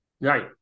Right